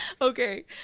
Okay